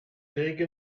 take